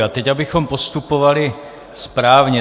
A teď abychom postupovali správně.